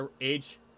age